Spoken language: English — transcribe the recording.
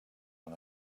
are